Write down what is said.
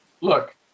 look